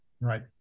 Right